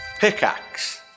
Pickaxe